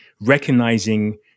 recognizing